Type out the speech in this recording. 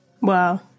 Wow